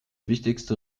wichtigste